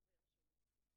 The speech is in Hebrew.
שלום לכולם,